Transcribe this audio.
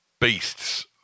beasts